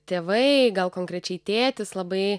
tėvai gal konkrečiai tėtis labai